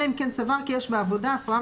אלא אם כן סבר כי יש בעבודה הפרעה